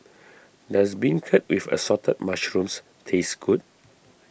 does Beancurd with Assorted Mushrooms taste good